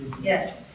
Yes